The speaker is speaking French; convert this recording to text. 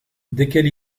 desquels